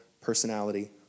personality